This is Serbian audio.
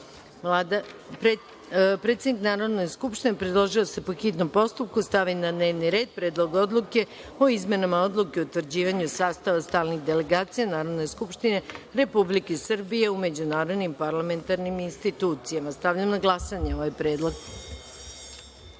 predlog. Predsednik Narodne skupštine predložila je da se, po hitnom postupku, stavi na dnevni red Predlog odluke o izmenama Odluke o utvrđivanju sastava stalnih delegacija Narodne skupštine Republike Srbije u međunarodnim parlamentarnim institucijama. Stavljam na glasanje ovaj predlog. Molim